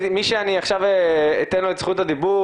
עכשיו את רשות הדיבור,